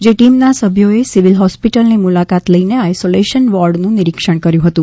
જે ટીમના સભ્યોએ સિવિલ હોસ્પીટલની મુલાકાત લઇને આઇસોલેશન વોર્ડનુ નિરીક્ષણ કર્યુ હતુ